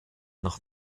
nach